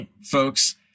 folks